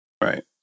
Right